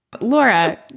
Laura